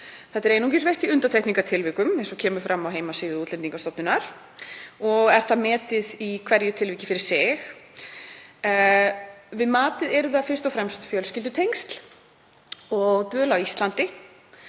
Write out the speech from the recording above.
Það er einungis veitt í undantekningartilvikum, eins og kemur fram á heimasíðu Útlendingastofnunar, og er það metið í hverju tilviki fyrir sig. Við matið eru það fyrst og fremst fjölskyldutengsl og dvöl á Íslandi